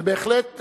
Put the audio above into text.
ובהחלט,